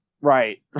Right